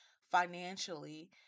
financially